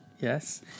yes